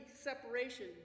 separation